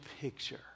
picture